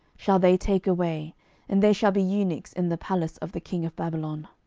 shall they take away and they shall be eunuchs in the palace of the king of babylon.